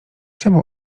czemu